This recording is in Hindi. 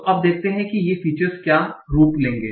तो अब देखते हैं कि ये फीचर्स क्या रूप लेंगे